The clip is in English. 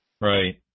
right